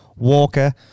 Walker